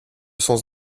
sens